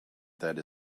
that